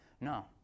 No